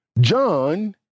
John